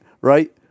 Right